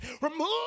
remove